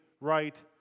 right